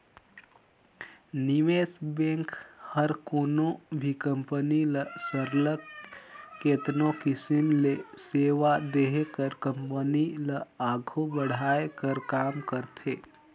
निवेस बेंक हर कोनो भी कंपनी ल सरलग केतनो किसिम ले सेवा देहे कर कंपनी ल आघु बढ़ाए कर काम करथे